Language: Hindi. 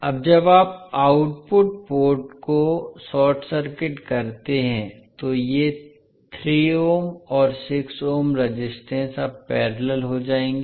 अब जब आप आउटपुट पोर्ट को शॉर्ट सर्किट करते हैं तो ये 3 ओम और 6 ओम रेजिस्टेंस अब पैरेलल हो जाएंगे